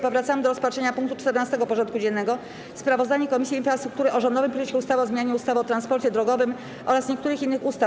Powracamy do rozpatrzenia punktu 14. porządku dziennego: Sprawozdanie Komisji Infrastruktury o rządowym projekcie ustawy o zmianie ustawy o transporcie drogowym oraz niektórych innych ustaw.